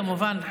כמובן,